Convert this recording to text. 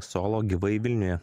solo gyvai vilniuje